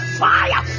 fire